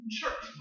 church